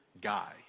guy